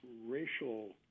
racial